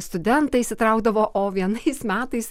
studentai įsitraukdavo o vienais metais